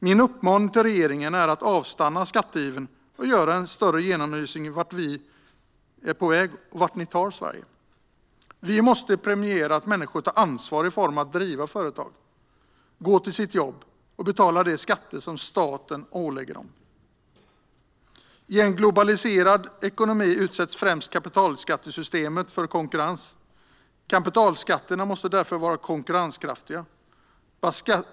Min uppmaning till regeringen är att avstanna skatteivern och göra en större genomlysning av vart vi är på väg och vart ni tar Sverige. Vi måste premiera att människor tar ansvar i form av att driva företag, gå till sina jobb och betala de skatter som staten ålägger dem. I en globaliserad ekonomi utsätts främst kapitalskattesystemet för konkurrens. Kapitalskatterna måste därför vara konkurrenskraftiga.